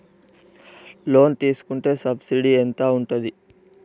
Loan తీసుకుంటే subsidy ఎంత ఉంటది?